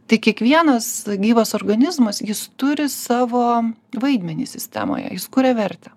tai kiekvienas gyvas organizmas jis turi savo vaidmenį sistemoje jis kuria vertę